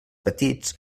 petits